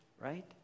right